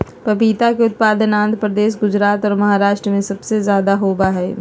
पपीता के उत्पादन आंध्र प्रदेश, गुजरात और महाराष्ट्र में सबसे ज्यादा होबा हई